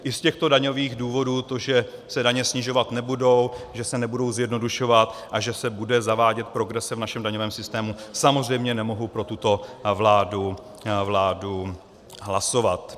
I z těchto daňových důvodů, to, že se daně snižovat nebudou, že se nebudou zjednodušovat a že se nebude zavádět progrese v našem daňovém systému, samozřejmě nemohu pro tuto vládu hlasovat.